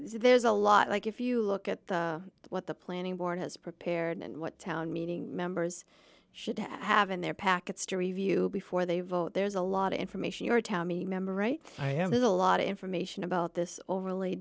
there's a lot like if you look at what the planning board has prepared and what town meeting members should have in their packets to review before they vote there's a lot of information or tell me member right i have a lot of information about this overlay